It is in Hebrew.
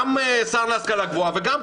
גם השר להשכלה גבוהה וגם,